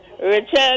Richard